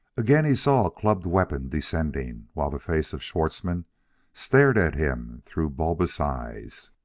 again he saw a clubbed weapon descending, while the face of schwartzmann stared at him through bulbous eyes.